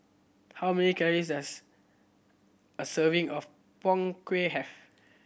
how many calorie does a serving of Png Kueh have